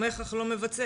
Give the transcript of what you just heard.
תומך אך לא מבצע.